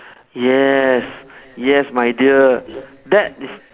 yes yes my dear that is